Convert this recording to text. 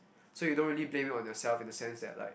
so you don't really blame it on yourself in the sense that like